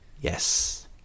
Yes